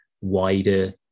wider